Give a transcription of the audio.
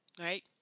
Right